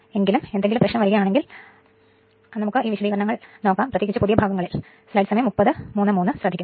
നിങ്ങൾക് എന്തെങ്കിലും പ്രശ്നം വരുക ആണെങ്കിൽ പ്രേത്യേകിച്ചു പുതിയ ഭാഗങ്ങളിൽ സ്ലൈഡ് സമയം 3033 നോക്കുക